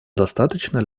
достаточно